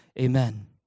amen